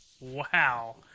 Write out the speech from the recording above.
Wow